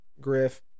Griff